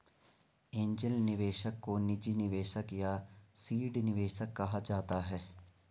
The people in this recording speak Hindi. एंजेल निवेशक को निजी निवेशक या सीड निवेशक कहा जाता है